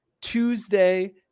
Tuesday